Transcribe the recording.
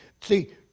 see